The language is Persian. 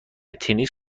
تنیس